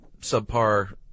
subpar